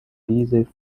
busy